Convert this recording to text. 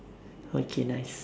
okay nice